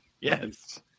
Yes